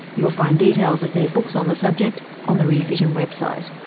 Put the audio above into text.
you'll find details of their books on the subject on the rear vision website.